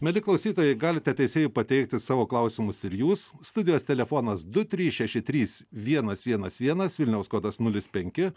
mieli klausytojai galite teisėjui pateikti savo klausimus ir jūs studijos telefonas du trys šeši trys vienas vienas vienas vilniaus kodas nulis penki